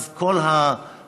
אז כל הרבי-מערכות,